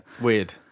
Weird